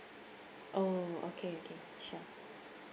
oh okay okay sure